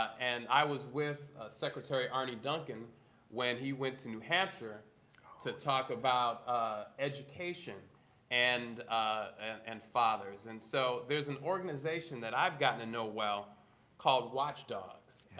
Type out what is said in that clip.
and i was with secretary arne duncan when he went to new hampshire to talk about education and and fathers. and so there's an organization that i've gotten to know well called watch d ah